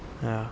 ya